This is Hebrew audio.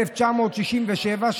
התשכ"ז,1967,